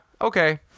Okay